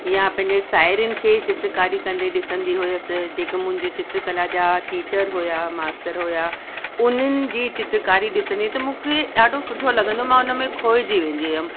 यां पंहिंजे साहेड़ियुनि खे चित्रकारी कंदे ॾिसंदी हुअसि जेके मुंहिंजे चित्रकला जा टीचर हुआ मास्तर हुआ उन्हनि जी चित्रकारी ॾिसंदी त मूंखे ॾाढो सुठो लॻंदो मां उन में खोइजी वेंदी हुअमि